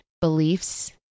beliefs